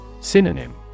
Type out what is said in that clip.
Synonym